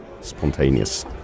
spontaneous